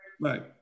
Right